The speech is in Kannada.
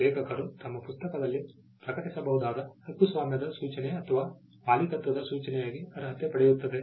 ಲೇಖಕರು ತಮ್ಮ ಪುಸ್ತಕದಲ್ಲಿ ಪ್ರಕಟಿಸಬಹುದಾದ ಹಕ್ಕುಸ್ವಾಮ್ಯ ಸೂಚನೆಯು ಹಕ್ಕುಸ್ವಾಮ್ಯದ ಸೂಚನೆ ಅಥವಾ ಮಾಲೀಕತ್ವದ ಸೂಚನೆಯಾಗಿ ಅರ್ಹತೆ ಪಡೆಯುತ್ತದೆ